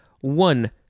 One